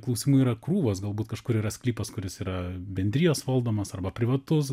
klausimų yra krūvos galbūt kažkur yra sklypas kuris yra bendrijos valdomas arba privatus